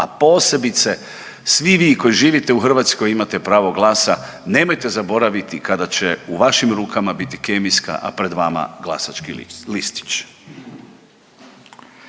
a posebice svi vi koji živite u Hrvatskoj imate pravo glasa nemojte zaboraviti kada će u vašim rukama biti kemijska a pred vama glasački listić.